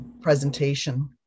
presentation